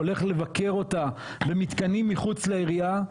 הולך לבקר אותה במתקנים מחוץ לעירייה,